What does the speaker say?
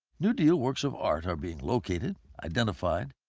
new deal works of art are being located, identified,